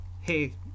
hey